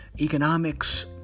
economics